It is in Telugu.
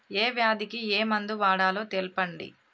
ఏ వ్యాధి కి ఏ మందు వాడాలో తెల్పండి?